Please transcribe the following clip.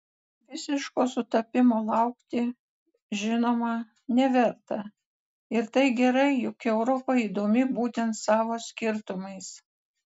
visiško sutapimo laukti žinoma neverta ir tai gerai juk europa įdomi būtent savo skirtumais